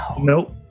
nope